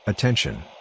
Attention